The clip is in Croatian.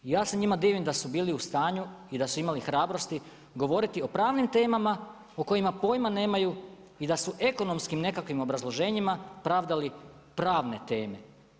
Ja se njima divim da su bili u stanju i da su imali hrabrosti govoriti o pravnim temama o kojima pojam nemaju i da su ekonomskim nekakvim obrazloženjima, pravdali pravne teme.